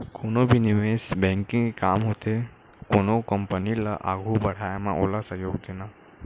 कोनो भी निवेस बेंकिग के काम होथे कोनो कंपनी ल आघू बड़हाय म ओला सहयोग देना